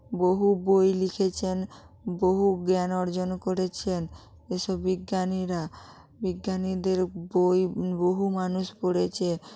বহু বই লিখেছেন বহু জ্ঞান অর্জন করেছেন এসব বিজ্ঞানীরা বিজ্ঞানীদের বই বহু মানুষ পড়েছে